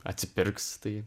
atsipirks tai